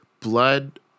blood